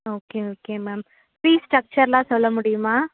okay okay ma'am fees ஸ்ட்ரக்ச்சரெல்லாம் சொல்ல முடியுமா